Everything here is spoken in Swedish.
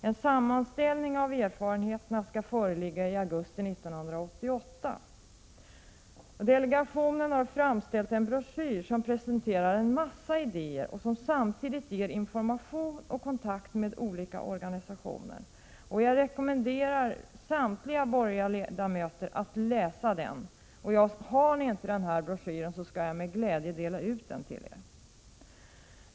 En sammanställning av erfarenheterna skall föreligga i augusti 1988. Delegationen har framställt en broschyr som presenterar en massa idéer och som samtidigt ger information och kontakt med olika organisationer. Jag rekommenderar samtliga borgerliga ledamöter att läsa den. Har ni inte den broschyren, så skall jag med glädje dela ut den till er.